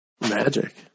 Magic